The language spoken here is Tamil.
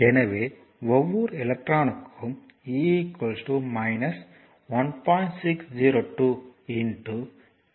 எனவே ஒவ்வொரு எலக்ட்ரானுக்கும் e 1